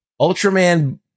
Ultraman